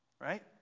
Right